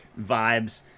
vibes